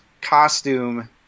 costume